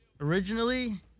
Originally